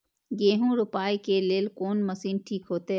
गेहूं रोपाई के लेल कोन मशीन ठीक होते?